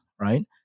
right